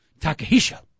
Takahisha